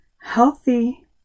healthy